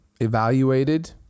evaluated